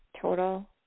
total